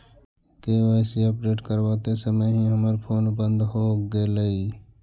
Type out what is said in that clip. KYC update करवाते समय ही हमर फोन बंद हो गेलई